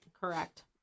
Correct